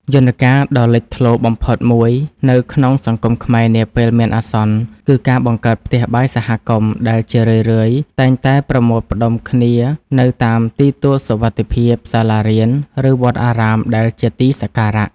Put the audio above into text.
យន្តការដ៏លេចធ្លោបំផុតមួយនៅក្នុងសង្គមខ្មែរនាពេលមានអាសន្ន គឺការបង្កើត ផ្ទះបាយសហគមន៍ ដែលជារឿយៗតែងតែប្រមូលផ្ដុំគ្នានៅតាមទីទួលសុវត្ថិភាព សាលារៀន ឬវត្តអារាមដែលជាទីសក្ការៈ។